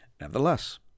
Nevertheless